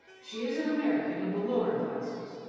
she is an american of the lower classes,